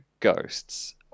ghosts